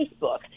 Facebook